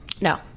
No